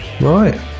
right